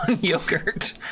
yogurt